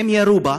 והם ירו בה,